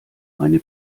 eine